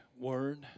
word